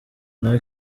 nawe